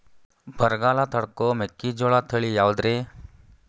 ಬರಗಾಲ ತಡಕೋ ಮೆಕ್ಕಿಜೋಳ ತಳಿಯಾವುದ್ರೇ?